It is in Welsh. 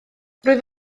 rwyf